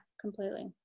completely